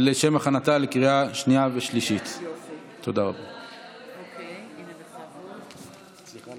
התש"ף 2020. יציג את הצעת החוק שר